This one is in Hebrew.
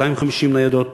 250 ניידות.